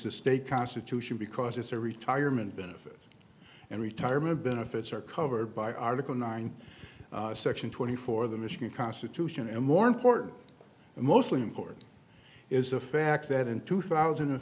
the state constitution because it's a retirement benefit and retirement benefits are covered by article nine section twenty four the mission constitution and more important and mostly important is the fact that in two thousand